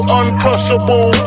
uncrushable